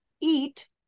eat